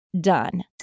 done